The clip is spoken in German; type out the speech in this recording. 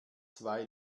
zwei